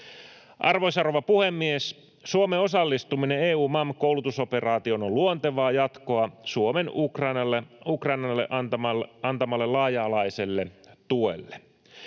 Arvoisa rouva puhemies! Suomen osallistuminen EUMAM-koulutusoperaatioon on luontevaa jatkoa Suomen Ukrainalle antamalle laaja-alaiselle tuelle.